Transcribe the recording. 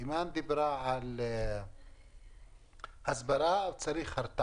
אימאן דיברה על הסברה אבל צריכה להיות גם הרתעה.